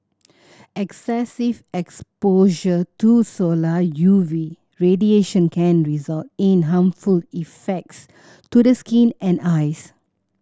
excessive exposure to solar U V radiation can result in harmful effects to the skin and eyes